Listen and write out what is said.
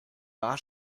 bar